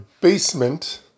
basement